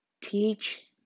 Teach